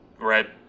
Right